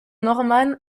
norman